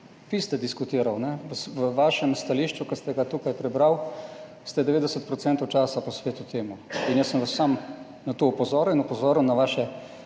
v vašem stališču, ki ste ga tukaj prebral, ste 90 procentov časa posvetil temu in jaz sem vas samo na to opozoril in opozoril na vaše